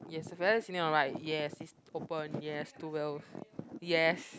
yes the fellow in your right yes it's open yes two wheels yes